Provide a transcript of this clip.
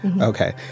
okay